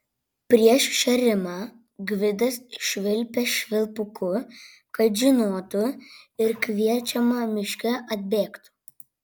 prieš šėrimą gvidas švilpė švilpuku kad žinotų ir kviečiama miške atbėgtų